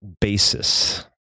basis